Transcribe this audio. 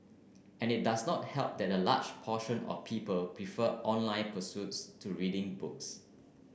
and it does not help that a large portion of people prefer online pursuits to reading books